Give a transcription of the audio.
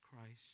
Christ